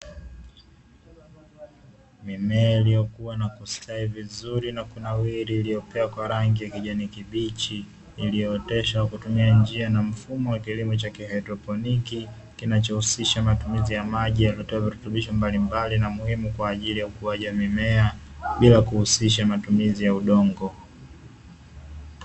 Mimea iliyokua na kustawi vizuri na kunawiri iliyopea kwa rangi ya kijani kibichi, iliyooteshwa kutumia njia na mfumo wa kilimo cha kihaidroponi, kinachohusisha matumizi ya maji yaliyotiwa virutubisho mbalimbali na muhimu kwa ajili ya ukuaji wa mimea, bila kuhusisha matumizi ya udongo.